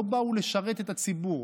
לא באו לשרת את הציבור.